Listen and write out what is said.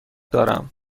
دارم